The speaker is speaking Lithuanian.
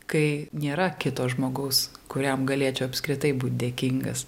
kai nėra kito žmogaus kuriam galėčiau apskritai būt dėkingas